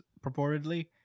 purportedly